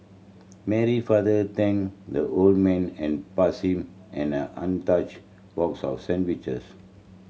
Mary father thanked the old man and passed him and an untouched box of sandwiches